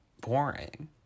boring